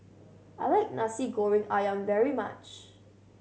I like Nasi Goreng Ayam very much